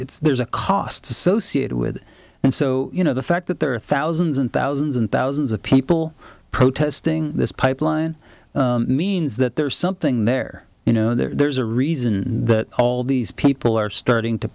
it's there's a cost associated with it and so you know the fact that there are thousands and thousands and thousands of people protesting this pipeline means that there's something there you know there's a reason that all these people are starting to